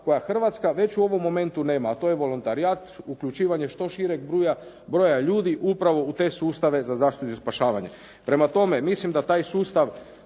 koja Hrvatska već u ovom momentu nema, a to je volontorijat uključivanje što šireg broja ljudi upravo u te sustave za zaštitu i spašavanje. Prema tome, mislim da taj sustav